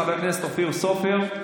חבר הכנסת אופיר סופר,